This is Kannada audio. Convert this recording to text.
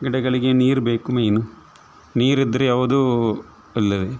ಗಿಡಗಳಿಗೆ ನೀರು ಬೇಕು ಮೇಯ್ನು ನೀರಿದ್ರೆ ಯಾವುದು ಒಳ್ಳೇದೇ